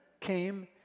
came